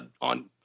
on